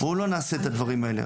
בואו לא נעשה את הדברים האלה.